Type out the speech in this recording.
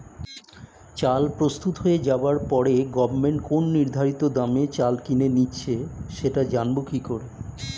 চাল প্রস্তুত হয়ে যাবার পরে গভমেন্ট কোন নির্ধারিত দামে চাল কিনে নিচ্ছে সেটা জানবো কি করে?